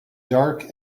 dark